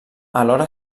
alhora